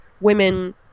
women